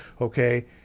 okay